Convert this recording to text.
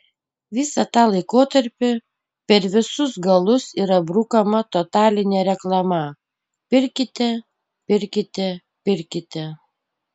visą tą laikotarpį per visus galus yra brukama totalinė reklama pirkite pirkite pirkite